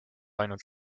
ainult